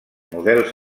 models